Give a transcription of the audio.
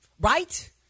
Right